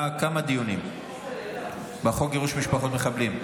כמה דיונים בחוק גירוש משפחות מחבלים.